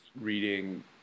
reading